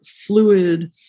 fluid